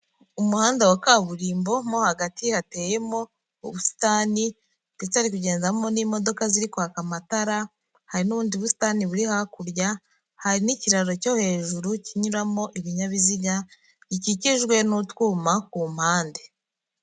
Umuhanda wa kaburimbo mo hagati hateyemo ubusitani, ndetse hari kugendamo n'imodoka ziri kwaka amatara, hari n'ubundi busitani buri hakurya, hari n'ikiraro cyo hejuru kinyuramo ibinyabiziga, gikikijwe n'utwuma ku mpande.